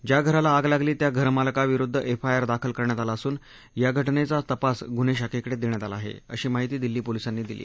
ज्या घराला आग लागली त्या घरमालकाविरुद्ध एफआयआर दाखल करण्यात आला असून या घटनेचा तपास गुन्हे शाखेकडे देण्यात आला आहे अशी माहिती दिल्ली पोलिसांनी दिली